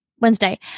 Wednesday